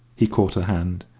he caught her hand,